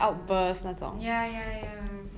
ya ya ya ya